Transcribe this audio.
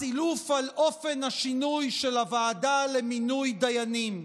הסילוף על אופן השינוי של הוועדה למינוי דיינים.